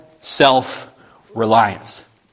self-reliance